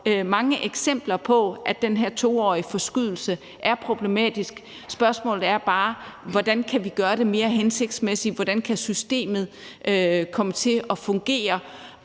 mange eksempler på, at den her 2-årige forskydning er problematisk. Spørgsmålet er bare, hvordan vi kan gøre det mere hensigtsmæssigt, og hvordan systemet kan komme til at fungere,